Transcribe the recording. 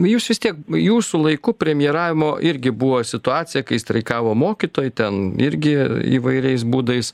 jūs vis tiek jūsų laiku premjeravimo irgi buvo situacija kai streikavo mokytojai ten irgi įvairiais būdais